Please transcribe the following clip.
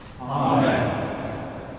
Amen